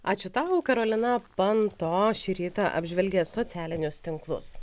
ačiū tau karolina panto šį rytą apžvelgė socialinius tinklus